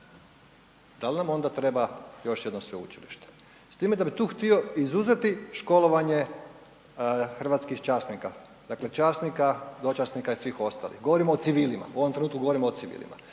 da li nam onda treba još jedno sveučilište. S time da bih tu htio izuzeti školovanje hrvatskih časnika. Dakle časnika, dočasnika i svih ostalih. Govorimo o civilima, u ovom trenutku govorimo o civilima.